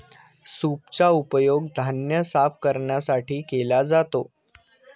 सूपचा उपयोग धान्य साफ करण्यासाठी केला जातो